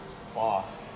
!wah!